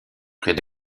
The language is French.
près